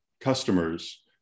customers